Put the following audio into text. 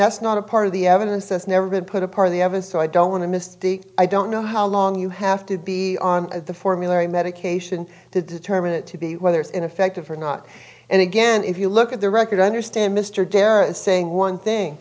that's not a part of the evidence that's never been put a part of the ever so i don't want to miss the i don't know how long you have to be on the formulary medication to determine it to be whether it's ineffective or not and again if you look at the record i understand mr darrow is saying one thing